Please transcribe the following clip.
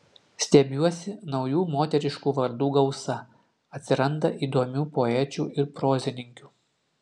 stebiuosi naujų moteriškų vardų gausa atsiranda įdomių poečių ir prozininkių